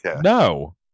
no